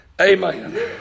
Amen